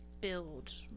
Build